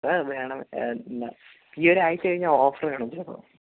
sir വേണമെ ഈ ഒരു ആഴ്ച്ച കഴിഞ്ഞാൽ ഓഫർ കാണും കേട്ടോ